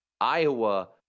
Iowa